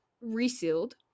resealed